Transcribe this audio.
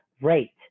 rate